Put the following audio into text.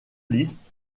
liste